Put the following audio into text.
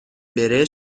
بره